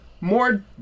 more